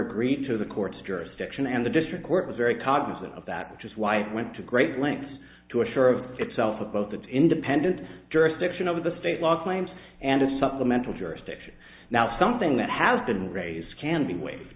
or read to the court's jurisdiction and the district court was very cognizant of that which is why i went to great lengths to assure of itself with both the independent jurisdiction over the state law claims and a supplemental jurisdiction now something that has been raised can be waive